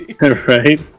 Right